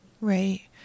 Right